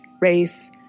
race